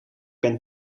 ben